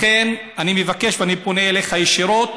לכן אני מבקש, ואני פונה אליך ישירות,